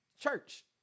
church